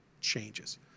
changes